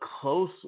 close